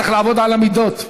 צריך לעבוד על המידות.